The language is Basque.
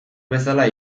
bezala